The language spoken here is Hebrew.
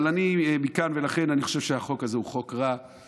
אני חושב שהחוק הזה הוא לא מועיל,